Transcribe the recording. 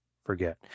forget